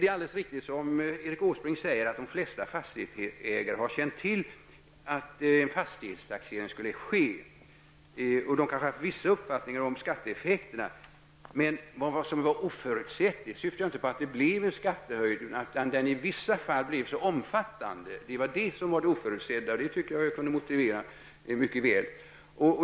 Det är alldeles riktigt som statsrådet Erik Åsbrink säger, att de flesta fastighetsägare har känt till att en fastighetstaxering skulle ske och att de kanske har haft en viss uppfattning om skatteeffekten. Men det oförutsebara -- jag syftar inte bara till att det skulle bli en skattehöjning -- är att den i vissa fall blir så omfattande. Det var alltså detta som var det oförutsedda. Det tycker jag att jag kunde väl motivera.